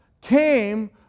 came